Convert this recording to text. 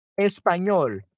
español